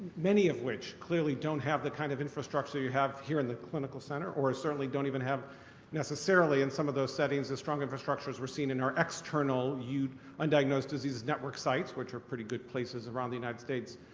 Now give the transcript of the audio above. many of which clearly don't have the kind of infrastructure you have here in the clinical center or certainly don't even have necessarily in some of those settings, the strong infrastructures we're seeing in our external undiagnosed diseases network sites, which are pretty good places around the united states,